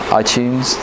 iTunes